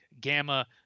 gamma